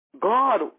God